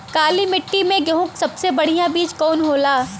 काली मिट्टी में गेहूँक सबसे बढ़िया बीज कवन होला?